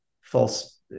false